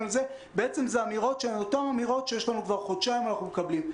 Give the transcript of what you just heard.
אלה אותן אמירות שכבר חודשיים אנחנו מקבלים.